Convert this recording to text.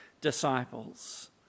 disciples